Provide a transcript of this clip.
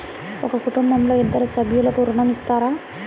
ఒక కుటుంబంలో ఇద్దరు సభ్యులకు ఋణం ఇస్తారా?